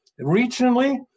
regionally